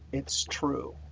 it's true.